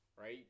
right